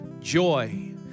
joy